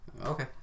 Okay